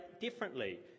differently